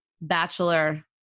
bachelor